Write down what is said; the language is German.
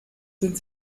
sind